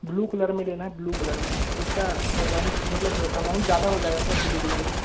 blue colour में लेना blue colour में इसका मतलब अमाउंट ज़्यादा हो जाएगा क्या ब्लू कलर का